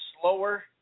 slower